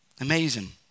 Amazing